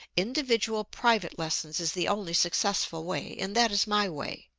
individual private lessons is the only successful way, and that is my way.